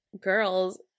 girls